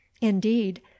indeed